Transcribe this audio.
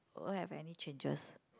have any changes